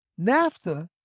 NAFTA